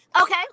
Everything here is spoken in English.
Okay